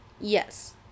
yes